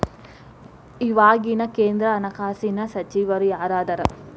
ಇವಾಗಿನ ಕೇಂದ್ರ ಹಣಕಾಸಿನ ಸಚಿವರು ಯಾರದರ